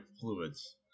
fluids